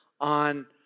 on